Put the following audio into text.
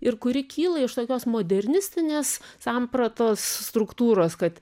ir kuri kyla iš tokios modernistinės sampratos struktūros kad